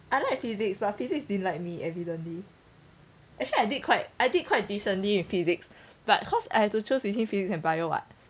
I like physics but physics didn't like me evidently actually I did quite I did quite decently in physics but cause I have to choose between physics and bio [what]